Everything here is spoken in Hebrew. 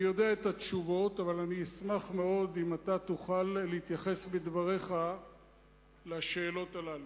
אבל אני אשמח מאוד אם אתה תוכל להתייחס בדבריך לשאלות האלה.